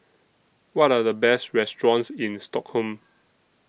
What Are The Best restaurants in Stockholm